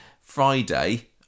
Friday